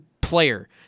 player